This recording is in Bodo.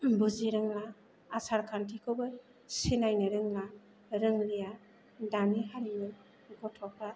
बुजिरोङा आसार खान्थिखौबो सिनायनो रोङा रोंलिया दानि हारिमु गथ'फ्रा